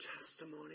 testimony